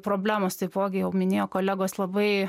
problemos taipogi jau minėjo kolegos labai